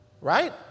Right